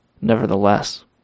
nevertheless